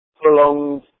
prolonged